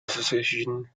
association